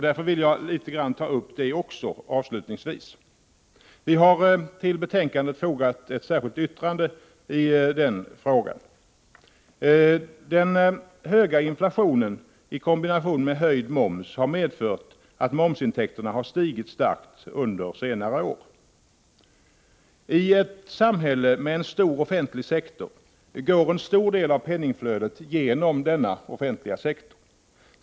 Därför vill jag ta upp litet om dem också. Vi har till betänkandet fogat ett särskilt yttrande i den frågan. Den höga inflationen i kombination med höjd moms har medfört att momsintäkterna har stigit starkt under senare år. I ett samhälle med en stor offentlig sektor går en stor del av penningflödet genom denna offentliga sektor.